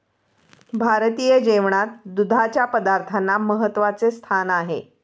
भारतीय जेवणात दुधाच्या पदार्थांना महत्त्वाचे स्थान आहे